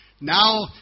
Now